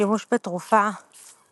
שימוש בתרופה אובליטוקסימאב